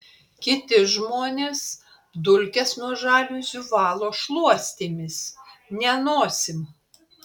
kiti žmonės dulkes nuo žaliuzių valo šluostėmis ne nosim